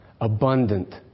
abundant